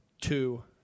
two